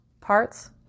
parts